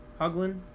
Huglin